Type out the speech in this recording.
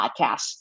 podcasts